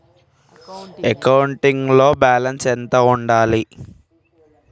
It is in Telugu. అకౌంటింగ్ లో బ్యాలెన్స్ ఎంత వరకు ఉండాలి?